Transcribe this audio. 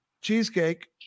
cheesecake